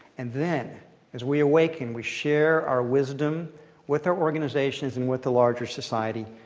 and then as we awaken, we share our wisdom with our organizations and with the larger society.